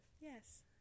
Yes